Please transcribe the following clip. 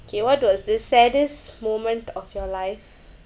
kay what was the saddest moment of your life